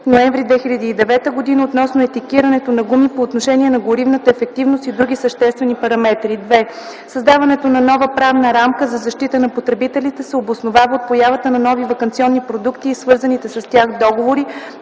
ноември 2009 г. относно етикетирането на гуми по отношение на горивната ефективност и други съществени параметри. ІІ. Създаването на нова правна рамка за защита на потребителите се обосновава от появата на нови ваканционни продукти и свързаните с тях договори,